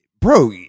Bro